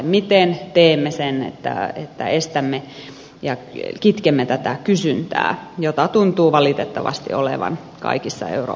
miten teemme sen että estämme ja kitkemme tätä kysyntää jota tuntuu valitettavasti olevan kaikissa euroopan maissa